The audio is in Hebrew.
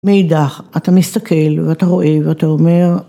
מאידך אתה מסתכל ואתה רואה ואתה אומר.